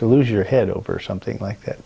to lose your head over something like that